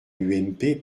l’ump